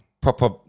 Proper